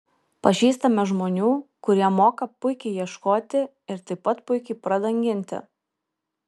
pažįstame žmonių kurie moka puikiai ieškoti ir taip pat puikiai pradanginti